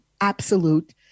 absolute